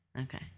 okay